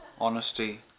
honesty